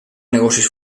negocis